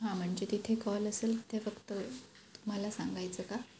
हां म्हणजे तिथे कॉल असेल ते फक्त तुम्हाला सांगायचं का